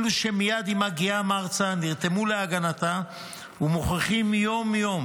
אלה שמייד עם בהגיעם ארצה נרתמו להגנתה ומוכיחים יום-יום